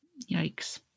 Yikes